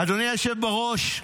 אדוני היושב בראש,